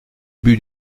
but